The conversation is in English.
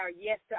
yes